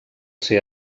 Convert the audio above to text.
ser